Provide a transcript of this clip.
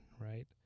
right